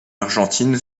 argentine